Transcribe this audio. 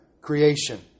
creation